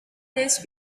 these